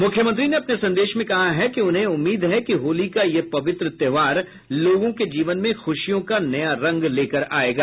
मुख्यमंत्री ने अपने संदेश में कहा कि उन्हें उम्मीद है कि होली का यह पवित्र त्योहार लोगों के जीवन में खुशियों का नया रंग लेकर आयेगा